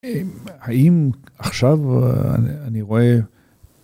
האם עכשיו אני רואה